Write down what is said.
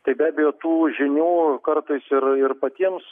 tai be abejo tų žinių kartais ir ir patiems